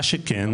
מה שכן,